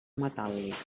metàl·lic